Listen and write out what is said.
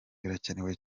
birakenewe